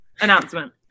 announcement